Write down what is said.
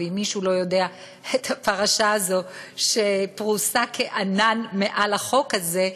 אם מישהו לא יודע את הפרשה הזאת שפרוסה כענן מעל החוק הזה,